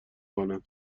کنن